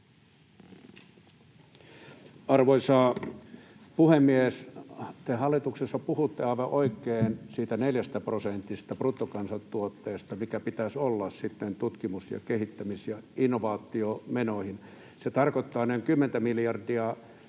Arvoisa puhemies! Te hallituksessa puhutte aivan oikein siitä 4 prosentista bruttokansantuotteesta, mikä pitäisi olla sitten tutkimus‑, kehittämis- ja innovaatiomenoihin. Se tarkoittaa noin kymmentä miljardia,